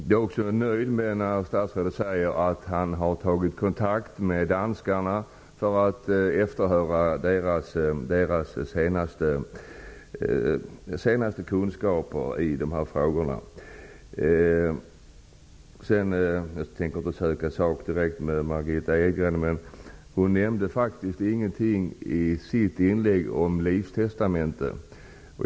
Jag är också nöjd med att statrådet har tagit kontakt med danskarna för att efterhöra deras senaste kunskaper i dessa frågor. Visserligen tänker jag inte söka sak med Margitta Edgren, men Margitta Edgren nämnde ingenting i sitt inlägg om livstestamente.